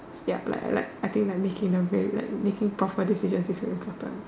ya like like I think making like making proper decisions is very important